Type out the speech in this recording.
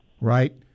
right